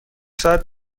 ساعت